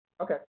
Okay